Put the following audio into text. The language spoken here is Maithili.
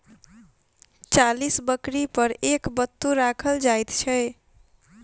चालीस बकरी पर एक बत्तू राखल जाइत छै